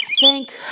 thank